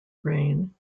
rain